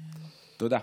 תודה.